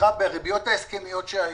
בריביות ההסכמיות שהיו.